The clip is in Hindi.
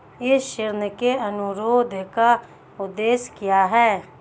इस ऋण अनुरोध का उद्देश्य क्या है?